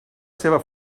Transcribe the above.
seva